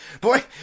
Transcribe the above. Boy